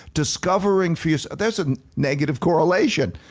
discovering for yourself, that's a negative correlation.